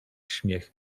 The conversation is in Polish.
śmiech